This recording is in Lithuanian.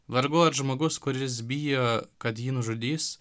vargu ar žmogus kuris bijo kad jį nužudys